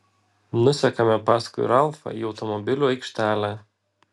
nusekame paskui ralfą į automobilių aikštelę